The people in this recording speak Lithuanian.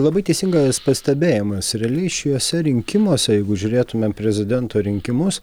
labai teisingas pastebėjimas realiai šiuose rinkimuose jeigu žiūrėtumėm prezidento rinkimus